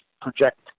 project